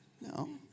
no